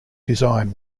design